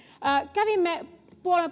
kävimme